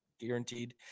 guaranteed